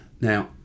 Now